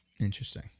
Interesting